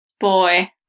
Boy